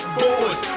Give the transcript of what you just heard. boys